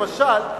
למשל,